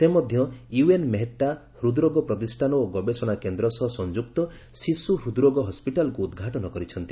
ସେ ମଧ୍ୟ ୟୁଏନ୍ ମେହେଟ୍ଟା ହୃଦ୍ରୋଗ ପ୍ରତିଷ୍ଠାନ ଓ ଗବେଷଣା କେନ୍ଦ୍ର ସହ ସଂଯୁକ୍ତ ଶିଶୁ ହୃଦ୍ରୋଗ ହସ୍କିଟାଲ୍କୁ ଉଦ୍ଘାଟନ କରିଛନ୍ତି